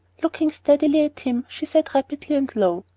looking steadily at him, she said rapidly and low,